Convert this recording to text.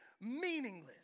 meaningless